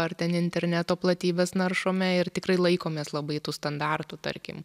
ar ten interneto platybes naršome ir tikrai laikomės labai tų standartų tarkim